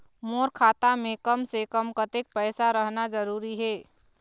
मोर खाता मे कम से से कम कतेक पैसा रहना जरूरी हे?